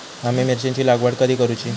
आम्ही मिरचेंची लागवड कधी करूची?